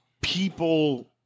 people